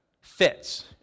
fits